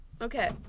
Okay